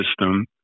system